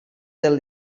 del